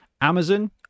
Amazon